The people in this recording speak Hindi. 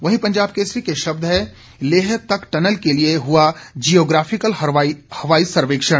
वहीं पंजाब केसरी के शब्द हैं लेह तक टनल के लिए हुआ जियोग्राफिकल हवाई सर्वेक्षण